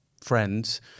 friends